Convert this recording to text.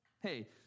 hey